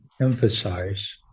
emphasize